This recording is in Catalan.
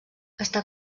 està